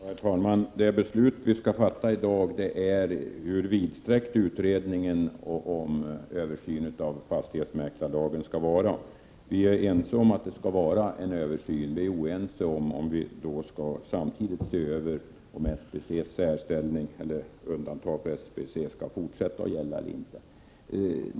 Herr talman! Det beslut som vi skall fatta i dag gäller hur vidsträckt översynen av fastighetsmäklarlagen skall vara. Vi är ense om att en översyn skall ske. Men vi är oense om huruvida utredningen samtidigt skall se över SBC:s särställning, och om man även i fortsättningen skall göra undantag för SBC.